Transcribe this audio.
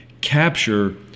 capture